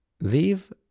Leave